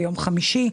ביום חמישי.